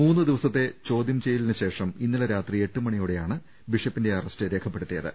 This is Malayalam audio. മൂന്ന് ദിവസത്തെ ചോദ്യം ചെയ്യലിനു ശേഷം ഇന്നലെ രാത്രി എട്ട് മണിയോടെയാണ് ബിഷപ്പിന്റെ അറസ്റ്റ് രേഖപ്പെടുത്തിയത്